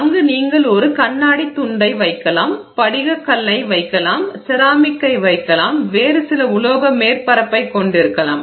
அங்கு நீங்கள் ஒரு கண்ணாடித் துண்டை வைக்கலாம் படிகக்கல்லை வைக்கலாம் செராமிக்கை வைக்கலாம் வேறு சில உலோக மேற்பரப்பைக் கொண்டிருக்கலாம்